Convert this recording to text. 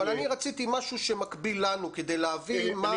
אבל אני רציתי משהו שמקביל לנו כדי להבין מה